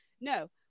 no